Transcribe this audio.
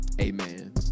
amen